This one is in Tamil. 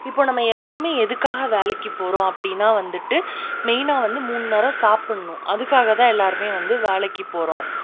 இப்போது நம்ம எல்லாருமே எதுக்காக வேலைக்கு போகிறோம் அப்படின்னா வந்துட்டு மெயினாக வந்து மூணு நேரம் சாப்புடனும் அதுக்காகதான் எல்லாருமே வந்து வேலைக்கு போகிறோம்